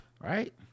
right